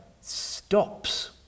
stops